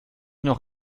noch